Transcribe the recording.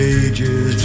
ages